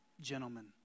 gentlemen